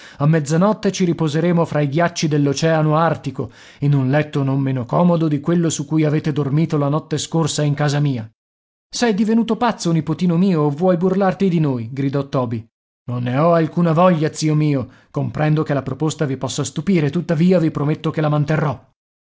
a mezzanotte ci riposeremo fra i ghiacci dell'oceano artico in un letto non meno comodo di quello su cui avete dormito la notte scorsa in casa mia sei divenuto pazzo nipotino mio o vuoi burlarti di noi gridò toby non ne ho alcuna voglia zio mio comprendo che la proposta vi possa stupire tuttavia vi prometto che la manterrò